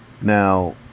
Now